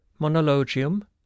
Monologium